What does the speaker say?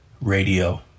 Radio